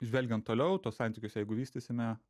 žvelgiant toliau tuos santykius jeigu vystysime